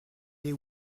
les